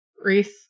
Reese